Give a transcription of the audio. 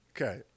okay